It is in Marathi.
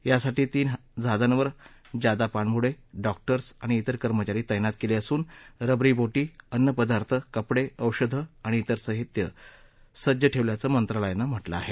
यासाठी तीन जहाजांवर जादा पाणबुडे डॉक्टर्स आणि ित्तर कर्मचारी तैनात केले असून रबरी बोटी अन्न पदार्थ कपडे औषधं आणि जिर साहित्य सज्ज ठेवल्याचं मंत्रालयानं म्हटलं आहे